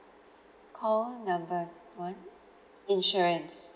call number one insurance